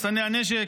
מחסני הנשק,